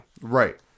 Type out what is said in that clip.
Right